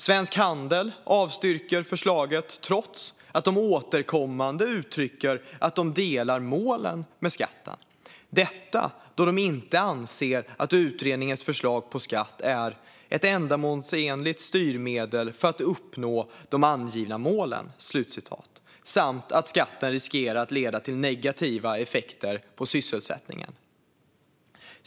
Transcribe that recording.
Svensk Handel avstyrker förslaget trots att man återkommande uttrycker att man delar målet med skatten. Detta då man anser att utredningens förslag på skatt inte är ett ändamålsenligt styrmedel för att uppnå de angivna målen samt att skatten riskerar att leda till negativa effekter för sysselsättningen.